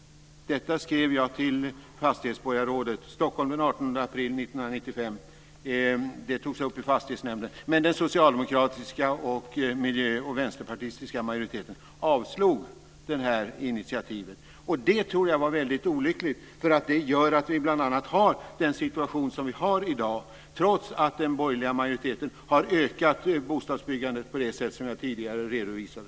Detta skrev jag till fastighetsborgarrådet i Stockholm den 18 april 1995. Det togs upp i fastighetsnämnden. Men majoriteten bestående av Socialdemokraterna, Miljöpartiet och Vänsterpartiet avslog initiativet. Jag tror att det var väldigt olyckligt. Det gör att vi bl.a. har den situation som vi har i dag, trots att den borgerliga majoriteten har ökat bostadsbyggandet på det sätt som jag tidigare redovisade.